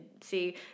see